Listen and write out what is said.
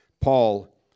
Paul